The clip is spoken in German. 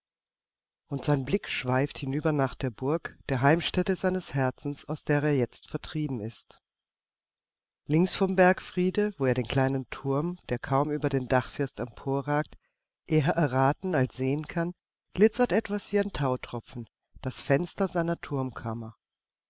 und sein blick schweift hinüber nach der burg der heimstätte seines herzens aus der er jetzt vertrieben ist links vom bergfriede wo er den kleinen turm der kaum über den dachfirst emporragt eher erraten als sehen kann glitzert etwas wie ein tautropfen das fenster seiner